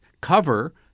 cover